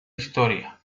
historia